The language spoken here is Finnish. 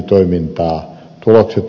tulokset olivat kevyet